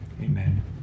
amen